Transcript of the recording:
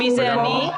בבקשה לימור.